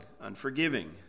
unforgiving